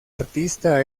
artista